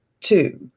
two